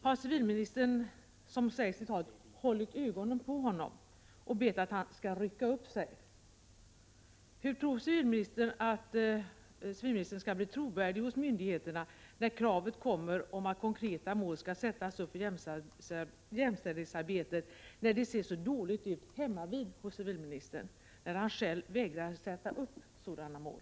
Har civilministern, som han sade i talet, hållit ögonen på honom och bett att han skall rycka upp sig? Hur tror civilministern att civilministern skall bli trovärdig hos myndigheterna när kravet kommer på att konkreta mål skall sättas upp för jämställdhetsarbetet och när det ser så dåligt ut hemmavid hos civilministern och han själv vägrar att sätta upp sådana mål?